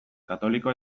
katoliko